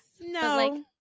No